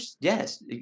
yes